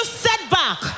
setback